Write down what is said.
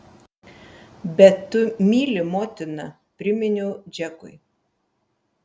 bet tu myli motiną priminiau džekui